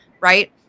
Right